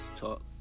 talk